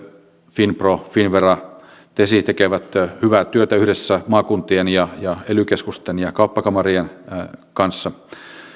finpro finnvera tesi tekevät hyvää työtä yhdessä maakuntien ja ja ely keskusten ja kauppakamarien kanssa